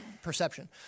perception